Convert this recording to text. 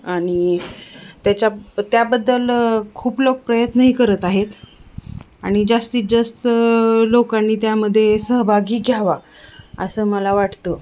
आणि त्याच्या त्याबद्दल खूप लोक प्रयत्नही करत आहेत आणि जास्तीत जास्त लोकांनी त्यामध्ये सहभागी घ्यावा असं मला वाटतं